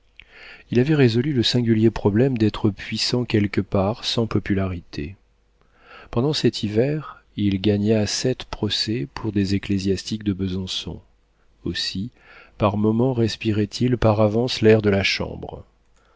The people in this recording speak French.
il avait résolu le singulier problème d'être puissant quelque part sans popularité pendant cet hiver il gagna sept procès pour des ecclésiastiques de besançon aussi par moments respirait il par avance l'air de la chambre